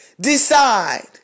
decide